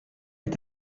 est